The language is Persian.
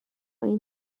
این